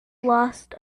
lost